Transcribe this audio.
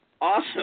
awesome